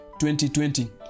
2020